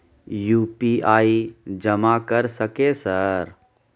UPI जमा कर सके सर?